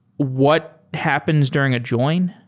what happens during a join?